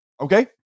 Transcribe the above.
Okay